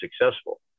successful